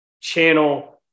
channel